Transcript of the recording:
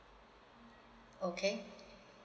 okay